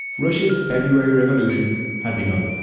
russia's february revolution had begun.